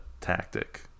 tactic